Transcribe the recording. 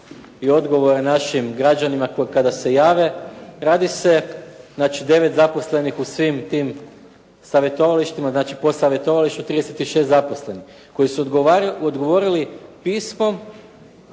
i odgovore našim građanima kada se jave radi se, znači devet zaposlenih u svim tim savjetovalištima, znači po savjetovalištu 36 zaposlenih koji su odgovorili pismom,